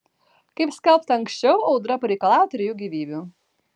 kaip skelbta anksčiau audra pareikalavo trijų gyvybių